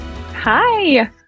Hi